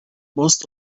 most